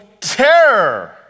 terror